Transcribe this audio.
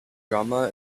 drummer